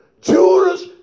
Judas